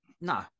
no